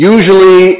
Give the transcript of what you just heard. Usually